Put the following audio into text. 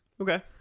okay